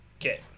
Okay